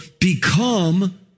become